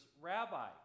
Rabbi